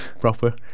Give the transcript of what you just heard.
Proper